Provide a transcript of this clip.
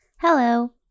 Hello